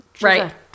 right